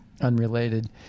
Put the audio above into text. unrelated